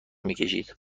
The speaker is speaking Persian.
میکشید